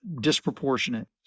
disproportionate